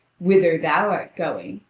whither thou art going,